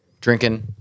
drinking